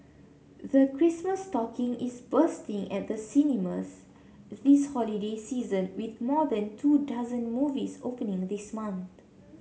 the Christmas stocking is bursting at the cinemas this holiday season with more than two dozen movies opening this month